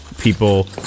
people